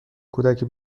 کودکی